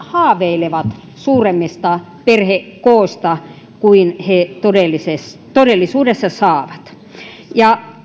haaveilevat suuremmista perhekoista kuin he todellisuudessa saavat ja